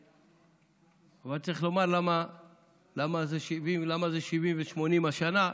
אבל צריך לומר למה זה 70,000 ו-80,000 השנה,